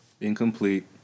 Incomplete